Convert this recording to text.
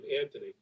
Anthony